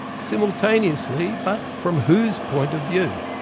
simultaneously, but from whose point of view?